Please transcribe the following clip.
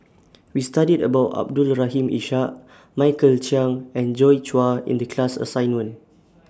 We studied about Abdul Rahim Ishak Michael Chiang and Joi Chua in The class assignment